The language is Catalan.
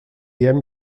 diem